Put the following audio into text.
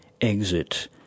Exit